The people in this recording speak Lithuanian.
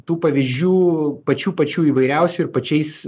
tų pavyzdžių pačių pačių įvairiausių ir pačiais